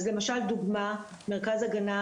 לדוגמה, במרכז הגנה